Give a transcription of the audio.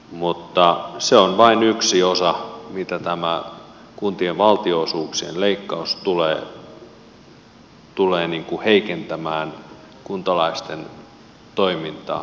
mutta se on vain yksi osa siitä miten tämä kuntien valtionosuuksien leikkaus tulee heikentämään kuntalaisten toimintaa